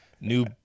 new